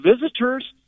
visitors